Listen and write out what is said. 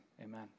amen